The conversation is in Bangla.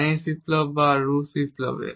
চাইনিজ বিপ্লব বা রুশ বিপ্লবে